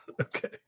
Okay